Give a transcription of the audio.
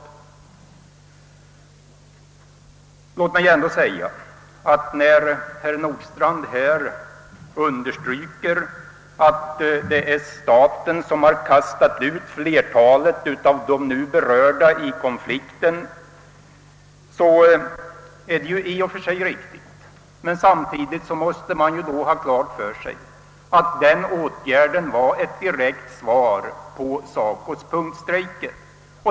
Låt mig ändå säga med anledning av att herr Nordstrandh här understryker att det är staten som har kastat ut flertalet av de nu berörda i konflikten, att det visserligen i och för sig är riktigt men att man samtidigt måste ha klart för sig att den åtgärden var ett direkt svar på SACO:s punktstrejker.